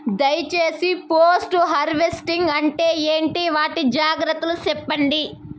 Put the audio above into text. దయ సేసి post harvesting అంటే ఏంటి? వాటి జాగ్రత్తలు సెప్పండి?